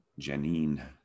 Janine